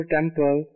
Temple